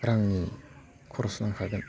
रांनि खरस नांखागोन